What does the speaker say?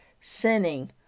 sinning